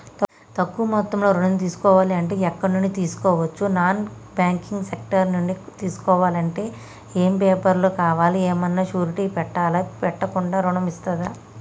తక్కువ మొత్తంలో ఋణం కావాలి అంటే ఎక్కడి నుంచి తీసుకోవచ్చు? నాన్ బ్యాంకింగ్ సెక్టార్ నుంచి తీసుకోవాలంటే ఏమి పేపర్ లు కావాలి? ఏమన్నా షూరిటీ పెట్టాలా? పెట్టకుండా ఋణం ఇస్తరా?